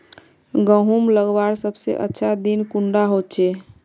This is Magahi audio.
गहुम लगवार सबसे अच्छा दिन कुंडा होचे?